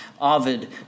Ovid